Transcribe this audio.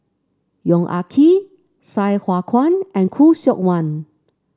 Yong Ah Kee Sai Hua Kuan and Khoo Seok Wan